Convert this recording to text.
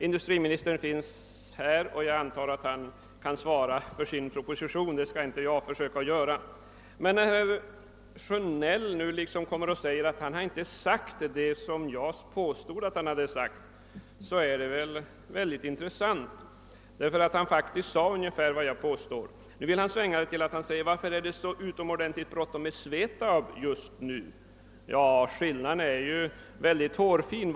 Industriministern är närvarande, och jag antar att han kan svara för sin proposition. Jag skall inte försöka göra det. Herr Sjönell menade nu att han inte hade sagt vad jag påstår att han hade yttrat. Det var mycket intressant, eftersom han faktiskt uttryckte sig ungefär så som jag framställde det. Nu vill han vända det till att han skulle ha undrat varför det är så utomordentligt bråttom med SVETAB just nu. Skillnaden är hårfin.